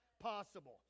possible